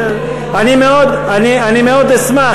אני מאוד אשמח,